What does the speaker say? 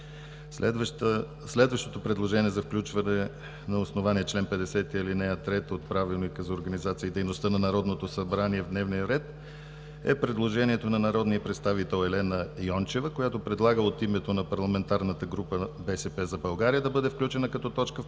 Следващото предложение за включване на основание чл. 50, ал. 3 от Правилника за организацията и дейността на Народното събрание в дневния ред е предложението на народния представител Елена Йончева, която предлага от името на Парламентарната група на “БСП за България” да бъде включена като точка в